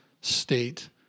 state